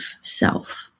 self